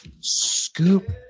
Scoop